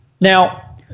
Now